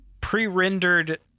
pre-rendered